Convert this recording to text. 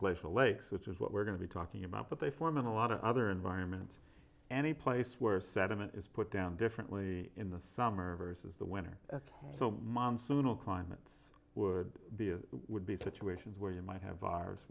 glacial lakes which is what we're going to be talking about but they form in a lot of other environments any place where sediment is put down differently in the summer versus the winter so monsoonal climates would be a would be situations where you might have virus